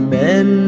men